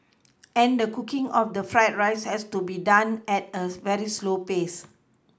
and the cooking of the fried rice has to be done at a very slow pace